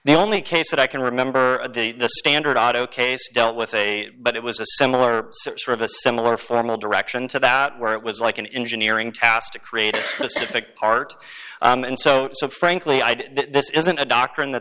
the only case that i can remember the standard auto case dealt with a but it was a similar sort of a similar formal direction to that where it was like an engineering task to create a civic part and so so frankly i'd this isn't a doctrine that